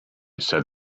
said